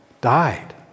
died